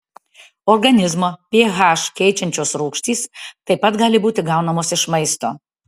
organizmo ph keičiančios rūgštys taip pat gali būti gaunamos iš maisto